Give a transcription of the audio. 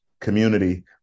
community